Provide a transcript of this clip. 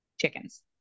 chickens